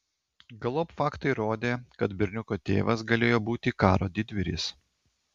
galop faktai rodė kad berniuko tėvas galėjo būti karo didvyris